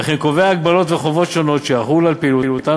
וכן קובע הגבלות וחובות שונות שיחולו על פעילותם